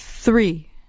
Three